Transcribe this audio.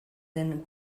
den